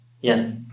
Yes